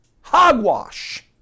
hogwash